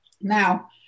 Now